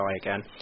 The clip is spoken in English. again